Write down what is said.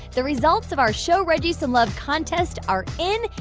the results of our show reggie some love contest are in.